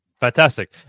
Fantastic